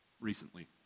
recently